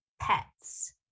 pets